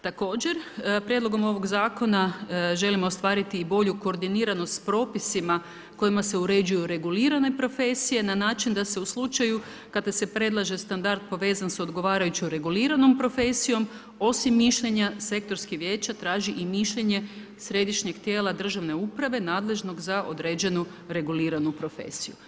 Također prijedlogom ovoga zakona, želimo ostvariti i bilju korodiranost s propisima, kojima se uređuju regulirane profesije, na način, da se u slučaju, kada se predlaže standard, povezan s odgovarajućem reguliranom profesijom, osim mišljenja sektorskih vijeća, traži i mišljenje i Središnjeg tijela državne uprave nadležnu za određenu reguliranu profesiju.